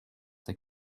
they